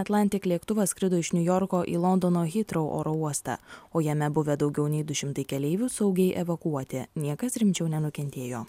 atlantik lėktuvas skrido iš niujorko į londono hytro oro uostą o jame buvę daugiau nei du šimtai keleivių saugiai evakuoti niekas rimčiau nenukentėjo